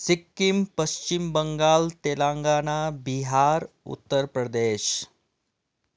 Sikkim Paschim Bengal Telangana Bihar Uttar Pradesh